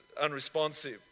unresponsive